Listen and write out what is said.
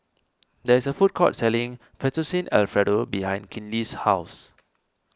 there is a food court selling Fettuccine Alfredo behind Kinley's house